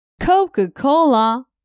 Coca-Cola